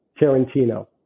Tarantino